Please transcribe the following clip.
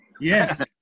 Yes